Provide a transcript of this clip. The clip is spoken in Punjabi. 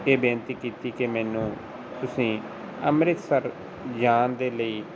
ਇਹ ਬੇਨਤੀ ਕੀਤੀ ਕਿ ਮੈਨੂੰ ਤੁਸੀਂ ਅੰਮ੍ਰਿਤਸਰ ਜਾਣ ਦੇ ਲਈ